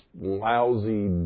lousy